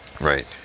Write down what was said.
Right